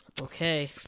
Okay